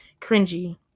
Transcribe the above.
cringy